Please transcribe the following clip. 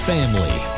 Family